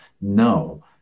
no